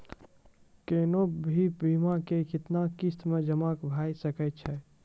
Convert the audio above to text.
कोनो भी बीमा के कितना किस्त मे जमा भाय सके छै?